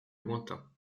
lointain